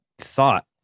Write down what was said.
thought